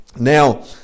now